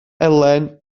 elen